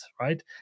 right